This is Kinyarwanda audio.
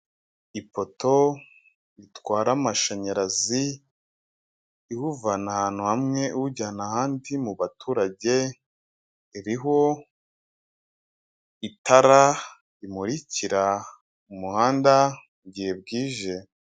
Ipoto itwara amashanyarazi, iwuvana ahantu hamwe iwujyana ahandi mu baturage, iriho itara rimurikira umuhanda mu gihe bwije.